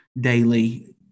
daily